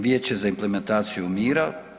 Vijeće za implementaciju mira.